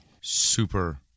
Super